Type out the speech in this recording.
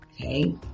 okay